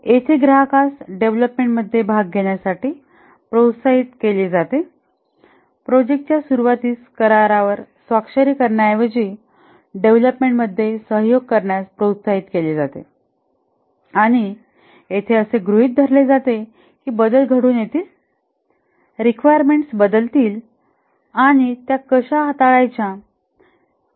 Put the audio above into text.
येथे ग्राहकास डेव्हलपमेंटमध्ये भाग घेण्यासाठी प्रोत्साहित केले जाते प्रोजेक्टच्या सुरूवातीस करारावर स्वाक्षरी करण्याऐवजी डेव्हलपमेंटमध्ये सहयोग करण्यास प्रोत्साहित केले जाते आणि येथे असे गृहित धरले जाते की बदल घडून येतीलरिक्वायरमेंट्स बदलतील आणि त्या कशा हाताळायच्या